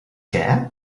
què